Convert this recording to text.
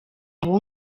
aho